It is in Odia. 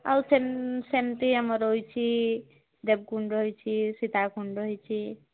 ଆଉ ସେମ ସେମିତି ଆମର ରହିଛି ଦେବକୁଣ୍ଡ ରହିଛି ସୀତାକୁଣ୍ଡ ରହିଛି